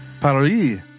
Paris